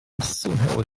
zsunęło